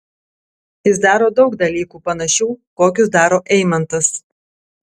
jis daro daug dalykų panašių kokius daro eimantas